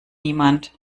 niemand